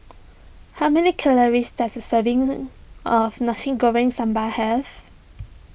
how many calories does a serving of Nasi Goreng Sambal have